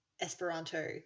Esperanto